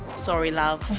sorry love.